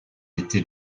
était